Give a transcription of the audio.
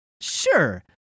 sure